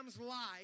life